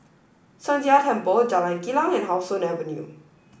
Sheng Jia Temple Jalan Kilang and How Sun Avenue